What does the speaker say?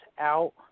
out